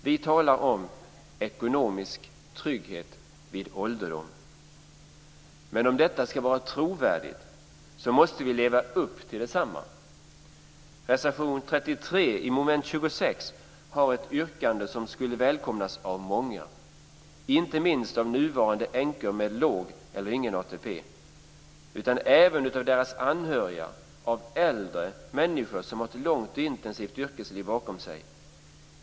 Vi talar om ekonomisk trygghet vid ålderdom, men om detta ska vara trovärdigt måste vi leva upp till detsamma. Reservation 33 i mom. 26 har ett yrkande som skulle välkomnas av många. Det skulle välkomnas inte enbart av nuvarande änkor med låg eller ingen ATP, utan även av anhöriga och av äldre människor som har ett långt och intensivt yrkesliv bakom sig.